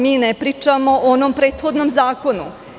Mi ne pričamo o onom prethodnom zakonu.